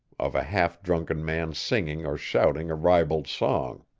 of a half-drunken man singing or shouting a ribald song.